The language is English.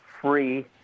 free